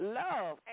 love